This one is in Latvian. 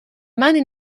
mani